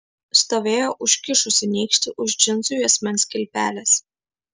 stovėjo užkišusi nykštį už džinsų juosmens kilpelės